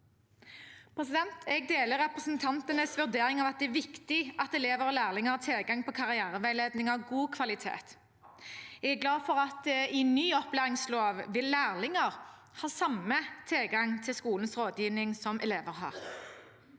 start. Jeg deler representantenes vurdering av at det er viktig at elever og lærlinger har tilgang på karriereveiledning av god kvalitet. Jeg er glad for at lærlinger i ny opplæringslov vil ha samme tilgang til skolens rådgivning som elever har.